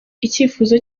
icyifuzo